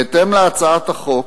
בהתאם להצעת החוק,